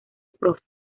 prof